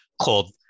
called